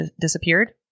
disappeared